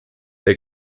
they